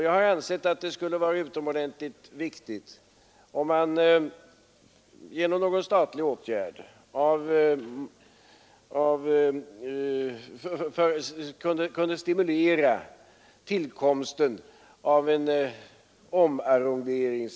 Jag har ansett att det skulle vara utomordentligt viktigt om man, genom någon statlig åtgärd, kunde stimulera tillkomsten av en omarrondering.